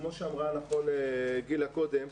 כמו שאמרה נכון גילה קודם,